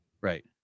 Right